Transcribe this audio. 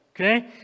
okay